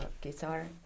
guitar